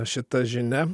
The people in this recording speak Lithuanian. šita žinia